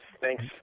Thanks